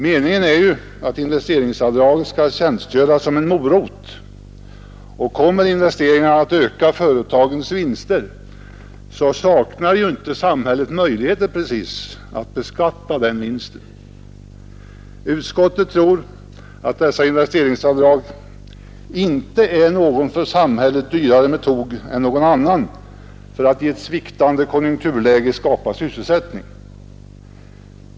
Meningen är ju att investeringsavdraget skall tjänstgöra som en morot. Kommer investeringarna att öka företagens vinster, så saknar ju inte samhället möjligheter att beskatta dessa. Utskottet tror att investeringsavdraget inte är någon för samhället dyrare metod än någon annan som kan tillgripas för att skapa sysselsättning i ett sviktande konjunkturläge.